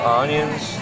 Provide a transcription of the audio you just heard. onions